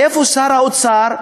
איפה שר האוצר?